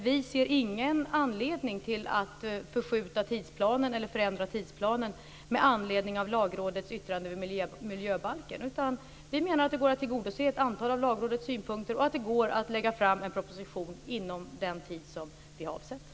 Regeringen ser inte Lagrådets yttrande över miljöbalken som någon anledning att förändra tidsplanen, utan menar att det går att tillgodose ett antal av Lagrådets synpunkter och att det går att lägga fram en proposition inom den avsedda tiden.